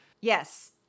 Yes